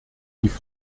diese